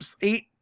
eight